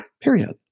Period